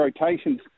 rotations